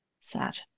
sad